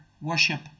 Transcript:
worship